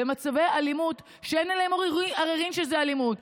במצבי אלימות שאין עליהם עוררין שזאת אלימות.